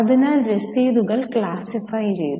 അതിനാൽ രസീതുകൾ ക്ലാസ്സിഫൈ ചെയ്തു